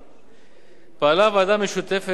פעלה ועדה משותפת למינהל הכנסות המדינה